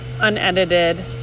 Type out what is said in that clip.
unedited